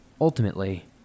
Ultimately